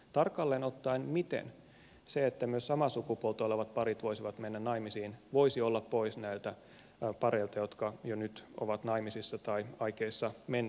tarkalleen ottaen miten se että myös samaa sukupuolta olevat parit voisivat mennä naimisiin voisi olla pois näiltä pareilta jotka jo nyt ovat naimisissa tai aikeissa mennä naimisiin